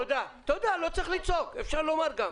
אתה חוצפן, שמעון, ועל זה אתה תיתבע.